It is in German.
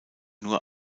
nur